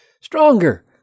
stronger